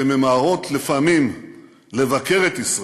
שממהרות לפעמים לבקר את ישראל,